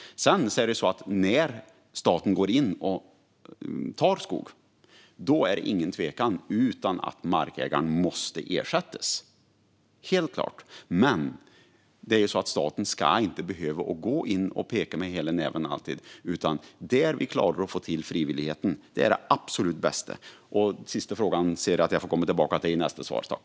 När staten går in och tar skog är det ingen tvekan; markägaren måste helt klart ersättas. Men staten ska inte alltid behöva gå in och peka med hela näven. Det absolut bästa är att få till frivilligheten. Jag får komma tillbaka till den sista frågan i min nästa replik.